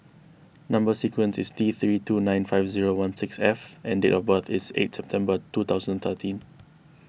Number Sequence is T three two nine five zero one six F and date of birth is eight September two thousand and thirteen